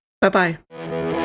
Bye-bye